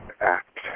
act